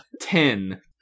ten